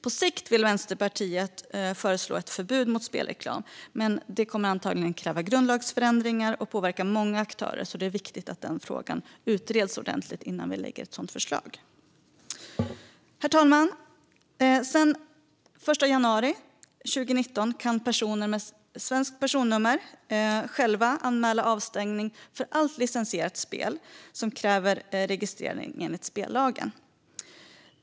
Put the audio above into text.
På sikt vill Vänsterpartiet föreslå ett förbud mot spelreklam, men då detta antagligen kommer att kräva grundlagsändringar och påverka många aktörer är det viktigt att frågan utreds ordentligt innan ett sådant förslag läggs fram. Herr talman! Sedan den 1 januari 2019 kan personer med svenskt personnummer själva anmäla avstängning från allt licensierat spel som kräver registrering enligt spellagen.